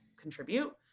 contribute